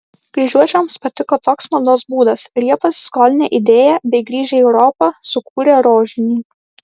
kryžiuočiams patiko toks maldos būdas ir jie pasiskolinę idėją bei grįžę į europą sukūrė rožinį